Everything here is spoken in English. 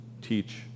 teach